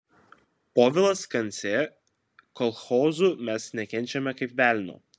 povilas kancė kolchozų mes nekenčiame kaip velnio